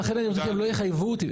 לכן אני רוצה שהם לא יחייבו אותי,